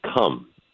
come